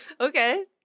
Okay